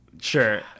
sure